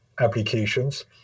applications